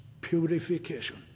purification